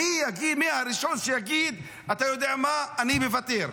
מי הראשון שיגיד: אתה יודע מה, אני מוותר,